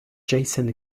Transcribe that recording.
jason